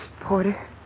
Porter